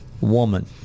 woman